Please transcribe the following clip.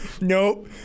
Nope